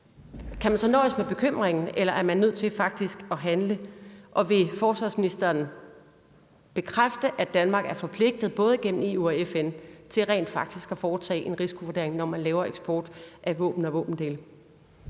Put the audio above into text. kan man så nøjes med bekymringen, eller er man nødt til faktisk at handle? Og vil forsvarsministeren bekræfte, at Danmark er forpligtet gennem både EU og FN til rent faktisk at foretage en risikovurdering, når man laver eksport af våben og våbendele?